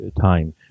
time